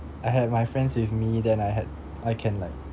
I had my friends with me then I had I can like